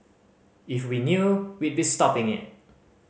if we knew we'd stopping it